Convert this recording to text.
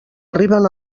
arriben